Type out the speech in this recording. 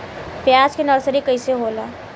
प्याज के नर्सरी कइसे होला?